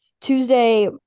Tuesday